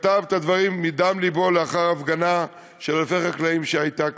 שכתב את הדברים מדם לבו לאחר הפגנה של אלפי חקלאים שהייתה כאן.